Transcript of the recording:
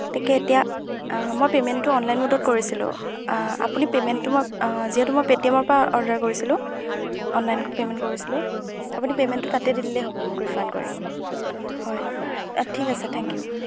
তাকে এতিয়া মই পে'মেণ্টটো অনলাইন মোডত কৰিছিলোঁ আপুনি পে'মেণ্টটো মই যিহেতু মই পে'টিএম ৰ পৰা অৰ্ডাৰ কৰিছিলোঁ অনলাইন পে'মেণ্ট কৰিছিলোঁ আপুনি পে'মেণ্টটো তাতে দি দিলেই হ'ব মোক ৰিফাণ্ড কৰি হয় ঠিক আছে থেংক ইউ